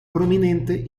prominente